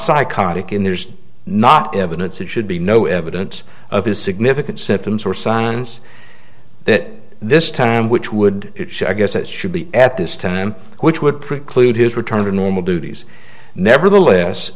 psychotic in there's not evidence it should be no evidence of his significant symptoms or signs that this time which would guess it should be at this time which would preclude his return to normal duties nevertheless